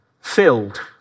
filled